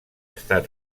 estat